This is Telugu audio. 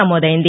నమోదైంది